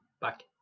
back